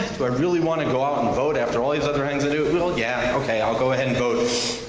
do i really want to go out and vote after all these other things i do, well, yeah, okay, i'll go ahead and vote.